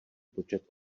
počet